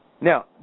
Now